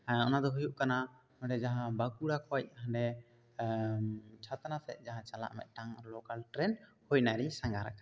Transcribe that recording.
ᱚᱱᱟ ᱫᱚ ᱦᱩᱭᱩᱜ ᱠᱟᱱᱟ ᱱᱚᱸᱰᱮ ᱡᱟᱦᱟᱸ ᱵᱟᱸᱠᱩᱲᱟ ᱠᱷᱚᱱ ᱦᱟᱸᱰᱮ ᱮ ᱪᱷᱟᱛᱱᱟ ᱥᱮᱫ ᱡᱟᱦᱟᱸ ᱪᱟᱞᱟᱜ ᱢᱤᱫᱴᱟᱝ ᱞᱳᱠᱟᱞ ᱴᱨᱮᱹᱱ ᱦᱳᱭ ᱚᱱᱟ ᱨᱤᱧ ᱥᱟᱸᱜᱷᱟᱨ ᱟᱠᱟᱱᱟ